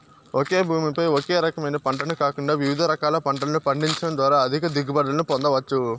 ఒకే భూమి పై ఒకే రకమైన పంటను కాకుండా వివిధ రకాల పంటలను పండించడం ద్వారా అధిక దిగుబడులను పొందవచ్చు